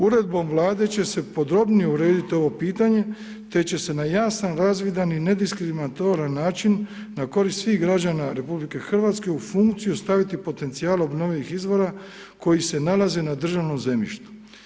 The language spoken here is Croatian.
Uredbom Vlade će se podrobnije urediti ovo pitanje te će se na jasan, razvidan i nediskriminatoran način na korist svih građana RH u funkciju staviti potencijal obnovljivih izvora koji se nalaze na državnom zemljištu.